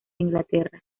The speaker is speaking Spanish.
inglaterra